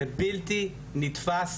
זה בלתי נתפס,